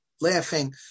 laughing